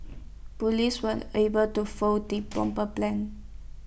Police were able to foil the bomber's plans